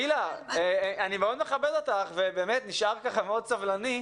אני מאוד מכבד אותך ואני נשאר מאוד סבלני,